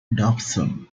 dobson